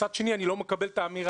מצד שני אני לא מקבל את האמירה,